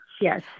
Yes